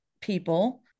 people